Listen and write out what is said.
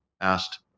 asked